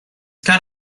kind